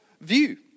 view